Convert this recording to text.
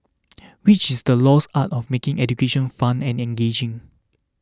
which is the lost art of making education fun and engaging